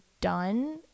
done